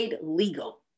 legal